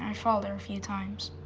i followed her a few times.